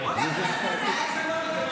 ללכת לעזאזל?